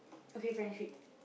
okay friendship